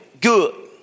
good